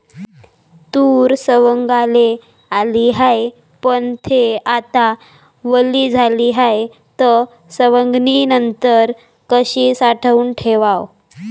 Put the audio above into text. तूर सवंगाले आली हाये, पन थे आता वली झाली हाये, त सवंगनीनंतर कशी साठवून ठेवाव?